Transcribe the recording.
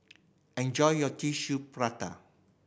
enjoy your Tissue Prata